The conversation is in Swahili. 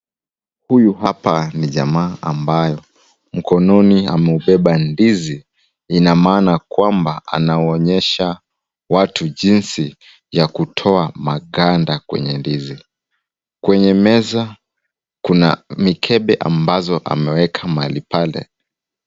Huyu hapa ni jamaa ambayo mkononi ameubeba ndizi, Ina maana kwamba anaonyesha watu jinsi ya kutoa maganda kwenye ndizi. Kwenye meza Kuna mikebe ambazo ameweka mahali pale .